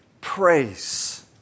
praise